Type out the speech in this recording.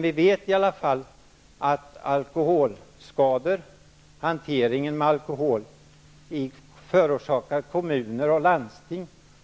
Vi vet i alla fall att alkoholskador -- hanteringen av alkohol -- förorsakar kommuner och landsting